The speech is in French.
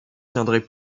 tiendrait